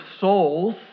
souls